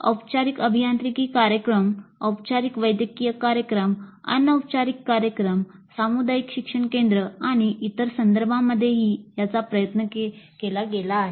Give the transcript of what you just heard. औपचारिक अभियांत्रिकी कार्यक्रम औपचारिक वैद्यकीय कार्यक्रम अनौपचारिक कार्यक्रम सामुदायिक शिक्षण केंद्र आणि इतर संदर्भांमध्येही याचा प्रयत्न केला गेला आहे